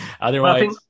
Otherwise